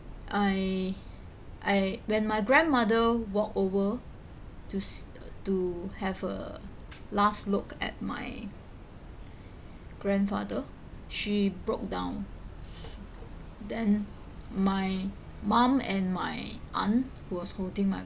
I I when my grandmother walk over to s~ to have a last look at my grandfather she broke down then my mum and my aunt was holding my